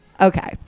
okay